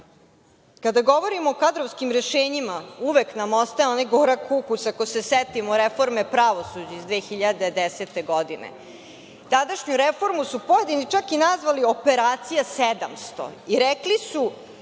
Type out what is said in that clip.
Kada govorimo o kadrovskim rešenjima, uvek nam ostane onaj gorak ukus, ako se setimo reforme pravosuđa iz 2010. godine. Tadašnju reformu su pojedini čak nazvali i „operacija 700“ i rekli su